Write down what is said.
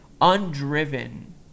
undriven